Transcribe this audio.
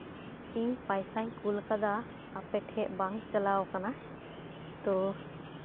ᱤᱧ ᱯᱚᱭᱥᱟᱧ ᱠᱩᱞ ᱠᱟᱫᱟ ᱟᱯᱮ ᱴᱷᱮᱡ ᱵᱟᱝ ᱪᱟᱞᱟᱣ ᱠᱟᱱᱟ ᱛᱚ